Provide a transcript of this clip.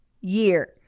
year